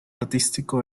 artístico